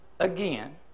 again